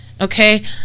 Okay